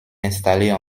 installer